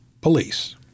police